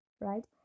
right